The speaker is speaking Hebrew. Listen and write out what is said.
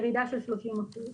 ירידה של 30 אחוזים.